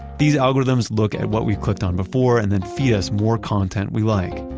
these algorithms look at what we clicked on before and then feed us more content we like.